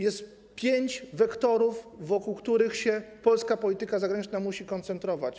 Jest pięć wektorów, wokół których polska polityka zagraniczna musi się koncentrować.